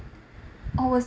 or was